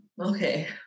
okay